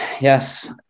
yes